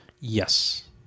Yes